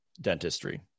dentistry